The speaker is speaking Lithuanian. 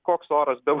koks oras be